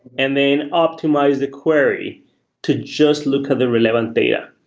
and then optimize a query to just look at the relevant data.